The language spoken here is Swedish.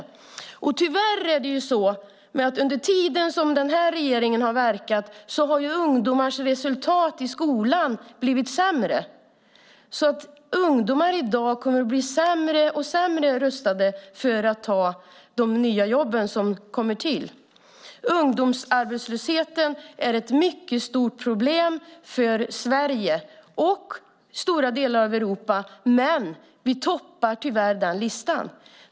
Tyvärr har ungdomars resultat i skolan blivit sämre under tiden som den här regeringen har verkat, så att ungdomarna kommer att bli sämre och sämre rustade att ta de nya jobben som kommer. Ungdomsarbetslösheten är ett mycket stort problem för Sverige och stora delar av Europa, men vi toppar tyvärr listan.